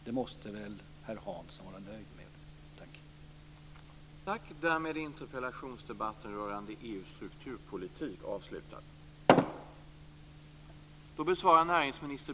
Det måste väl herr Hansson vara nöjd med.